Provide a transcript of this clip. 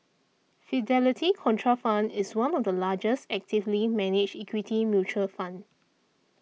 Fidelity Contrafund is one of the largest actively managed equity mutual fund